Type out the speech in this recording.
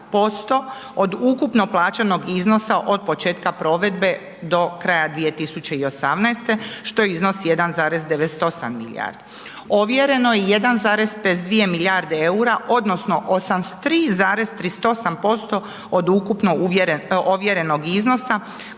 od ukupno plaćenog iznosa od početka provedbe do kraja 2018. što iznosi 1,98 milijardi. Ovjereno je 1,52 milijarde EUR-a odnosno 83,38% od ukupno ovjerenog iznosa